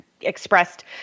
expressed